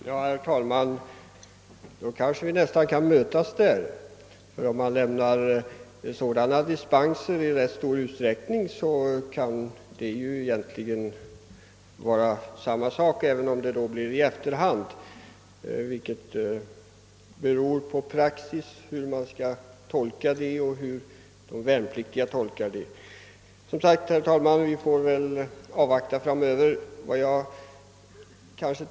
Herr talman! Då kanske vi kan mötas där. Om dispenser lämnas i rätt stor utsträckning, kan det ju egentligen vara samma sak, även om det då blir i efterhand. Det beror på hur praxis skall tolkas och hur de värnpliktiga tolkar den. Vi får väl, som sagt, avvakta vad som sker framöver.